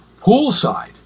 poolside